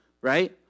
right